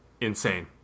insane